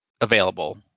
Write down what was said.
available